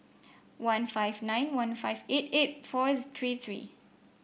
one five nine one five eight eight four three three